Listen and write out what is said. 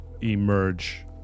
emerge